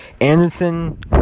Anderson